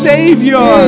Savior